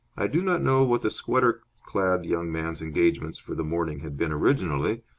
i do not know what the sweater-clad young man's engagements for the morning had been originally,